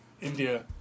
India